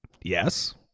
Yes